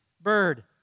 bird